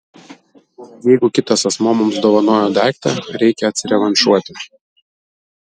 jeigu kitas asmuo mums dovanojo daiktą reikia atsirevanšuoti